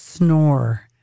snore